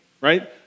right